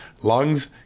lungs